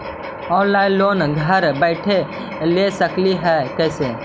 Online loan घर बैठे ले सकली हे, कैसे?